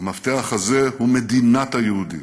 המפתח הזה הוא מדינת היהודים.